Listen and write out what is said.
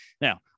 Now